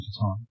time